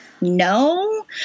No